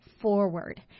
forward